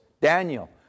Daniel